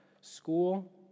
school